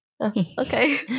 Okay